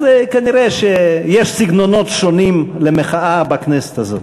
אז כנראה יש סגנונות שונים למחאה בכנסת הזאת.